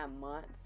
months